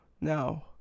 now